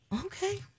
Okay